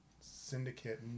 syndicate